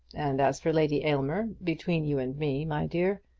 and as for lady aylmer between you and me, my dear,